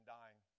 dying